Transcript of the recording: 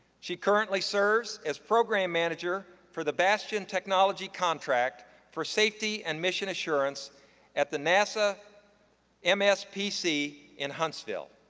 she currently serves as program manager for the bastion technology contract for safety and mission assurance at the nasa and mspc in huntsville.